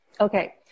Okay